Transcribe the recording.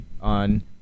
on